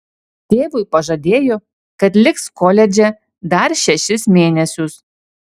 tėvui pažadėjo kad liks koledže dar šešis mėnesius